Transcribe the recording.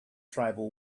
tribal